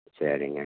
சரிங்க